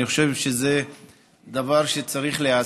אני חושב שזה דבר שצריך להיעשות.